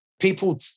People